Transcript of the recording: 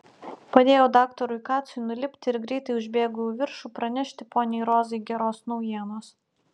padėjau daktarui kacui nulipti ir greitai užbėgau į viršų pranešti poniai rozai geros naujienos